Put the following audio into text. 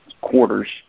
quarters